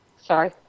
sorry